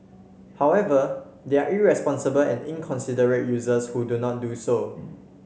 however there are irresponsible and inconsiderate users who do not do so